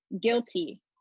guilty